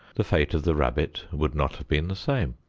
the fate of the rabbit would not have been the same.